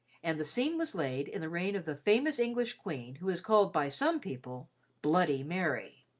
and the scene was laid in the reign of the famous english queen who is called by some people bloody mary.